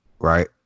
right